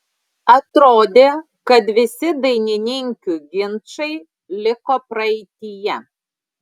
atrodė kad visi dainininkių ginčai liko praeityje